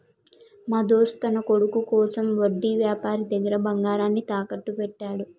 మా దోస్త్ తన కొడుకు కోసం వడ్డీ వ్యాపారి దగ్గర బంగారాన్ని తాకట్టు పెట్టాడు